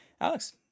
Alex